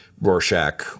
Rorschach